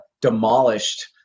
demolished